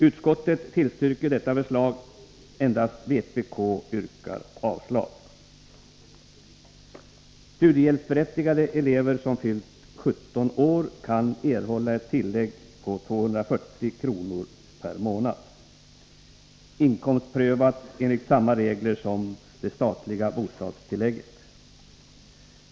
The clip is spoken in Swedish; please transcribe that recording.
Utskottets majoritet tillstyrker detta förslag; endast vpk yrkar avslag.